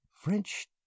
french